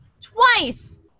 twice